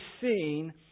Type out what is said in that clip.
seen